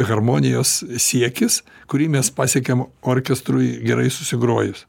harmonijos siekis kurį mes pasiekėm orkestrui gerai susigrojus